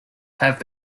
have